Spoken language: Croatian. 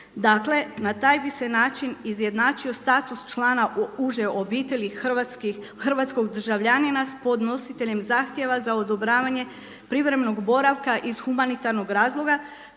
Dakle na taj bi način izjednačio status člana uže obitelji hrvatskog državljanina s podnositeljem zahtjeva za odobravanje privremenog boravka iz humanitarnog razloga